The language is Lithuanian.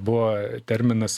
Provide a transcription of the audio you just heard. buvo terminas